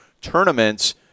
tournaments